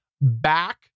back